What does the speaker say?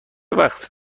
وقت